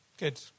Good